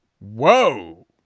Whoa